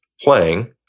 playing